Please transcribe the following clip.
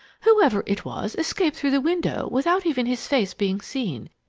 whoever it was escaped through the window without even his face being seen,